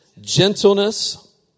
gentleness